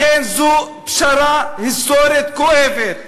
לכן זו פשרה היסטורית כואבת.